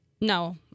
No